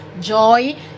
joy